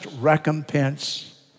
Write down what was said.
recompense